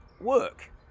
work